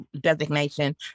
designation